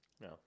No